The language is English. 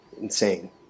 insane